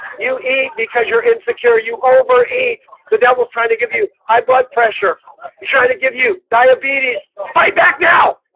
you eat because you're insecure you overeat the devil's trying to give you high blood pressure you trying to give you diabetes fight back now?